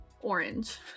orange